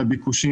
על הביקושים,